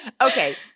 Okay